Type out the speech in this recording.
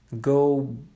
Go